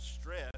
stress